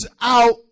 out